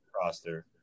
roster